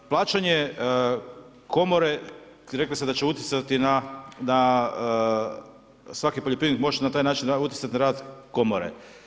Plaćanje Komore, rekli ste da će utjecati na, svaki poljoprivrednik može na taj način utjecati na rad Komore.